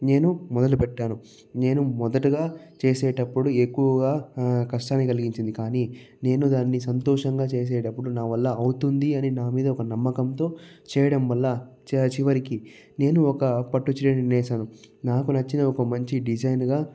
నేను మొదలు పెట్టాను నేను మొదటగా చేసేటప్పుడు ఎక్కువగా కష్టాన్ని కలిగించింది కానీ నేను దాన్ని సంతోషంగా చేసేటప్పుడు నా వల్ల అవుతుంది అని నామీద ఒక నమ్మకంతో చేయడం వల్ల చివరికి నేను ఒక పట్టుచీరను నేసాను నాకు నచ్చిన ఒక మంచి డిజైన్గా